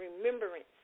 remembrance